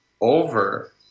over